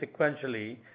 sequentially